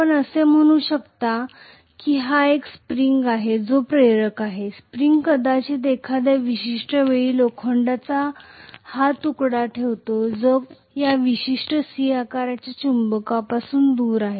आपण असे म्हणू शकता की हा एक स्प्रिंग आहे तो प्रेरक नाही स्प्रिंग कदाचित एखाद्या विशिष्ट वेळी लोखंडाचा हा तुकडा ठेवतो जो या विशिष्ट C आकाराच्या चुंबकापासून दूर आहे